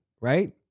right